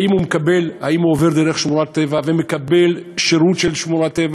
האם הוא עובר דרך שמורת טבע ומקבל שירות של שמורת טבע,